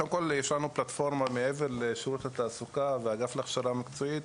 קודם כל יש לנו פלטפורמה מעבר לשירות התעסוקה והאגף להכשרה מקצועית,